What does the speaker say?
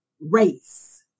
race